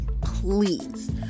Please